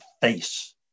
face